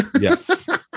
Yes